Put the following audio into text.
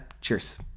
Cheers